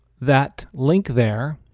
that link there,